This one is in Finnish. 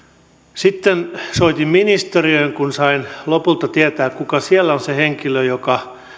sitten soitin ministeriöön kun sain lopulta tietää kuka siellä on se henkilö joka